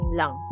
lang